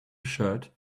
shirt